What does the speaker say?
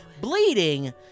bleeding